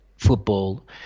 football